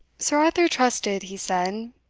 sir arthur trusted, he said,